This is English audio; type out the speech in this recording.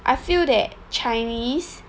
I feel that chinese